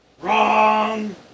WRONG